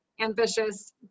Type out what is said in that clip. ambitious